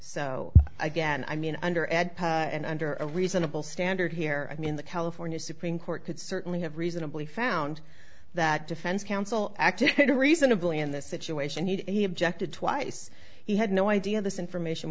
so again i mean under ed and under a reasonable standard here i mean the california supreme court could certainly have reasonably found that defense counsel acted reasonably in this situation he objected twice he had no idea this information